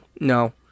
no